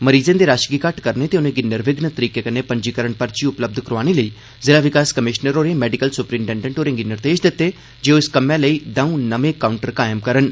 मरीजें दे रश गी घट्ट करने ते उनें'गी र्निविघ्न तरीके कन्नै पंजीकरण पर्ची उपलब्ध करोआने लेई जिला विकास कमिशनर होरें मैडिकल स्प्रीन्टेडेंट होरें'गी निर्देश दित्ते जे ओह् इस कम्मै लेई दौं नमें काउंटर कायम करन